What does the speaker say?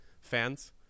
fans